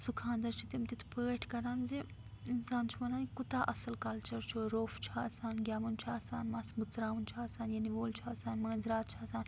سُہ خانٛدَر چھِ تِم تِتھ پٲٹھۍ کَران زِ اِنسان چھُ وَنان یہِ کوٗتاہ اصٕل کَلچَر چھُ روٚف چھُ آسان گیٚوُن چھُ آسان مَس مٕژراوُن چھُ آسان یعنی ڈھول چھُ آسان مٲنٛزِرات چھِ آسان